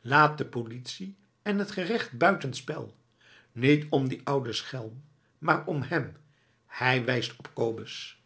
laat de politie en het gerecht buiten spel niet om dien ouden schelm maar om hem hij wijst op kobus